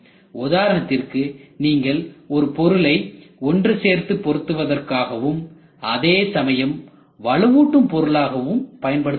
உதாரணமாக நீங்கள் ஒரு பொருளை ஒன்றுசேர்த்து பொருத்துவதற்காகவும் அதேசமயம் வலுவூட்டும் பொருளாகவும் பயன்படுத்த முடியும்